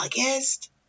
August